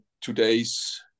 today's